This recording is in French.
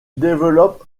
développe